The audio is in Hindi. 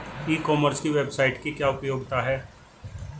ई कॉमर्स की वेबसाइट की क्या उपयोगिता है?